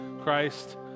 Christ